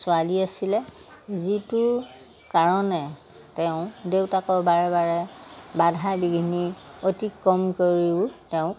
ছোৱালী আছিলে যিটো কাৰণে তেওঁ দেউতাকৰ বাৰে বাৰে বাধা বিঘিনি অতিক্ৰম কৰিও তেওঁক